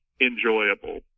enjoyable